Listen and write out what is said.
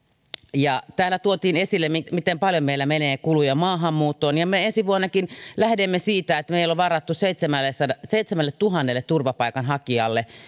ja täällä tuotiin esille miten paljon meillä menee kuluja maahanmuuttoon ja me ensi vuonnakin lähdemme siitä että meillä on varattu seitsemälletuhannelle turvapaikanhakijalle